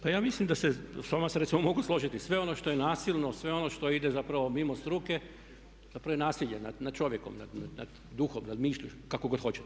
Pa ja mislim da se, s vama se recimo mogu složiti, sve ono što je nasilno, sve ono što ide zapravo mimo struke, zapravo je nasilje nad čovjekom, nad duhom, nad mišlju, kako god hoćete.